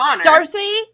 Darcy